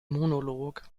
monolog